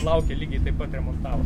laukė lygiai taip pat remontavo